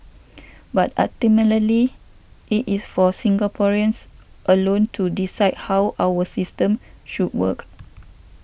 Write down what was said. but ultimately it is for Singaporeans alone to decide how our system should work